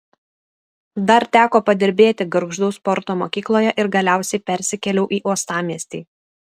dar teko padirbėti gargždų sporto mokykloje ir galiausiai persikėliau į uostamiestį